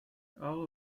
all